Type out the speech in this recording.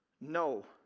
No